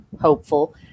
hopeful